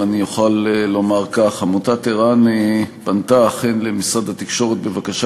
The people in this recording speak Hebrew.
אני אוכל לומר כך: עמותת ער"ן כאן פנתה למשרד התקשורת בבקשה